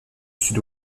sud